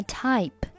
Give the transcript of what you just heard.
type